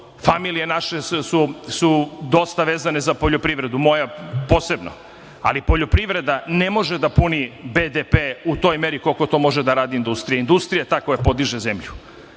familije naše su dosta vezane za poljoprivredu, moja posebno, ali poljoprivreda ne može da puni BDP u toj meri koliko to može da radi industrija. Industrija je ta koja podiže zemlju.